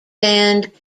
band